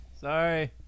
Sorry